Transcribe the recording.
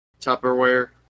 Tupperware